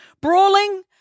Brawling